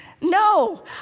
No